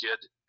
kid